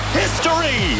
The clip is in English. history